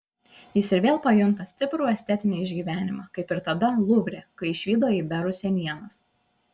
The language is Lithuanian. jis ir vėl pajunta stiprų estetinį išgyvenimą kaip ir tada luvre kai išvydo iberų senienas